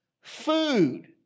food